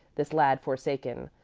this lad forsaken,